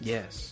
Yes